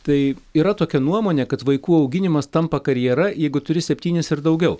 tai yra tokia nuomonė kad vaikų auginimas tampa karjera jeigu turi septynis ir daugiau